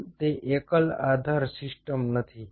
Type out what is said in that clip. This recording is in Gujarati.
પુલ એક એકલ આધાર સિસ્ટમ નથી